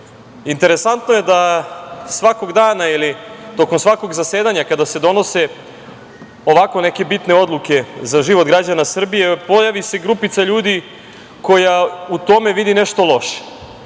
interesantno je da svakog dana ili tokom svakog zasedanja kada se donose ovako neke bitne odluke za život građana Srbije pojavi se grupica ljudi koja u tome vidi nešto loše,